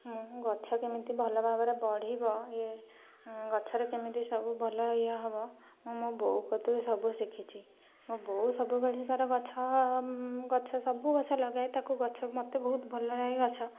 ମୁଁ ଗଛ କେମିତି ଭଲ ଭାବରେ ବଢ଼ିବ ଇଏ ଗଛରେ କେମିତି ସବୁ ଭଲ ଇଏ ହେବ ମୁଁ ମୋ ବୋଉ କତୁରୁ ସବୁ ଶିଖିଛି ମୋ ବୋଉ ସବୁବେଳେ ତାର ଗଛ ସବୁ ଗଛ ଲଗାଏ ତାକୁ ଗଛ ମୋତେ ବହୁତ ଭଲ ଲାଗେ ଗଛ